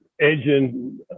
engine